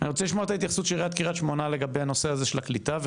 את ההתייחסות של עיריית קריית שמונה לגבי הנושא הזה של הקליטה,